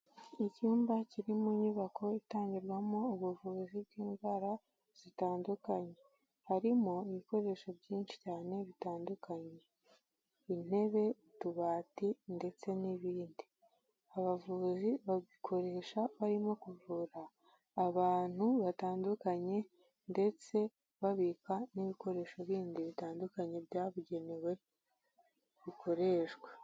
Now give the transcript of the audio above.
Icyumba kiri mu nyubako itangirwamo ubuvuzi bw'indwara zitandukanye, harimo ibikoresho byinshi cyane bitandukanye, intebe, utubati ndetse n'ibindi, abavuzi babikoresha barimo kuvura abantu batandukanye ndetse babika n'ibikoresho bindi bitandukanye byabugenewe bikoreshwa.